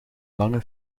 lange